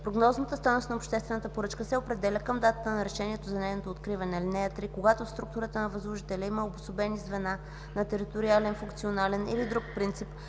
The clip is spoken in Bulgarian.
Прогнозната стойност на обществена поръчка се определя към датата на решението за нейното откриване. (3) Когато в структурата на възложителя има обособени звена на териториален, функционален или друг принцип,